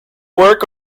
work